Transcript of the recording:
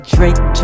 Drake